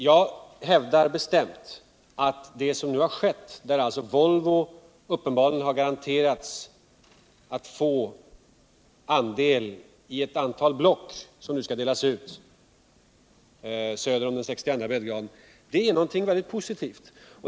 Jag hävdar bestämt att det som nu skewu, där Volvo uppenbarligen har garanterats all få andel i ett antal block som skall delas ut söder om 62:a breddgraden, är någonting väldigt positivt.